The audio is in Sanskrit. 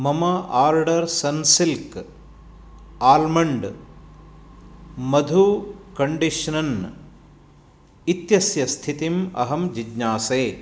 मम आर्डर् सन् सिल्क् आल्मण्ड् मधु कण्डिश्नन इत्यस्य स्थितिम् अहं जिज्ञासे